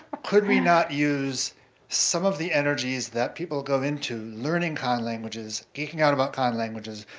could we not use some of the energies that people go into learning conlanguages, geeking out about con languages,